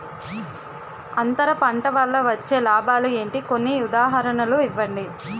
అంతర పంట వల్ల వచ్చే లాభాలు ఏంటి? కొన్ని ఉదాహరణలు ఇవ్వండి?